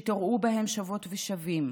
שתראו בהם שוות ושווים,